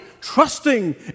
trusting